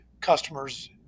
customers